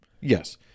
Yes